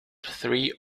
three